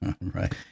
Right